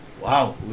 wow